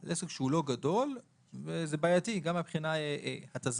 על עסק שהוא לא גדול וזה בעייתי גם מהבחינה התזרימית.